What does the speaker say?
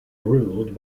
ruled